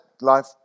life